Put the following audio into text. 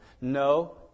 No